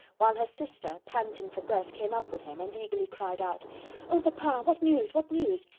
while her sister, panting for breath, came up with him, and eagerly cried out oh, papa, what news what news?